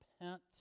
repent